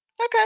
Okay